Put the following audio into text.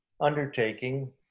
undertaking